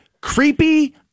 creepy